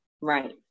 Right